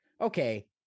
Okay